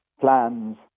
plans